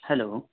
hello